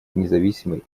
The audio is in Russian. независимой